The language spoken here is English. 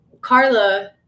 Carla